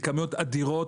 בכמויות אדירות,